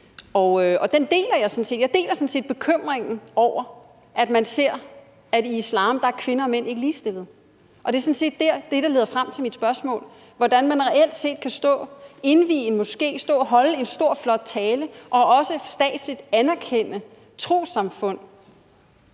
og jeg deler sådan set bekymringen over, at man ser, at kvinder og mænd ikke er ligestillet i islam. Og det er sådan set det, der leder frem til mit spørgsmål om, hvordan man reelt set kan stå og indvie en moské og holde en stor flot tale og også statsligt anerkende et trossamfund,